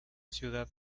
ciudad